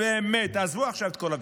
באמת, תעזבו עכשיו את כל הוויכוחים.